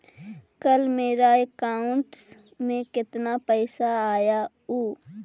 कल मेरा अकाउंटस में कितना पैसा आया ऊ?